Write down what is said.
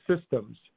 systems